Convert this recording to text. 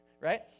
right